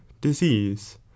disease